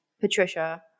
Patricia